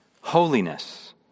holiness